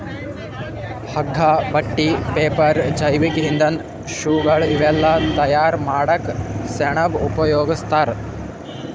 ಹಗ್ಗಾ ಬಟ್ಟಿ ಪೇಪರ್ ಜೈವಿಕ್ ಇಂಧನ್ ಶೂಗಳ್ ಇವೆಲ್ಲಾ ತಯಾರ್ ಮಾಡಕ್ಕ್ ಸೆಣಬ್ ಉಪಯೋಗಸ್ತಾರ್